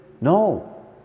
No